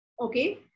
Okay